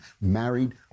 Married